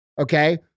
okay